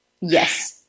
Yes